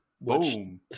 Boom